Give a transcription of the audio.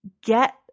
Get